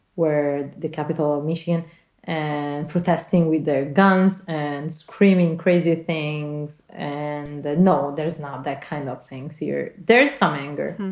where the capital of michigan and protesting with their guns and screaming crazy things. and no, there's not that kind of things here. there's some anger.